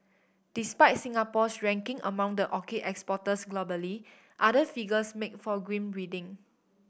despite Singapore's ranking among the orchid exporters globally other figures make for grim reading